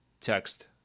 text